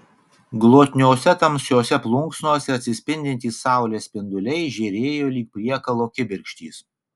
glotniose tamsiose plunksnose atsispindintys saulės spinduliai žėrėjo lyg priekalo kibirkštys